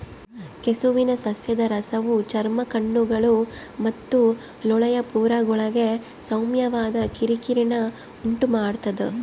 ಕೆಸುವಿನ ಸಸ್ಯದ ರಸವು ಚರ್ಮ ಕಣ್ಣುಗಳು ಮತ್ತು ಲೋಳೆಯ ಪೊರೆಗಳಿಗೆ ಸೌಮ್ಯವಾದ ಕಿರಿಕಿರಿನ ಉಂಟುಮಾಡ್ತದ